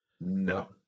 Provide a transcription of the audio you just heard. no